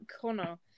Connor